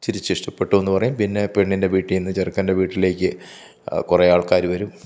തിരിച്ച് ഇഷ്ടപ്പെട്ടൂന്ന് പറയും പിന്നെ പെണ്ണിൻ്റെ വീട്ടീന്ന് ചെറുക്കൻ്റെ വീട്ടിലേക്ക് കുറെ ആൾക്കാർ വരും